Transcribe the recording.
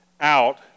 out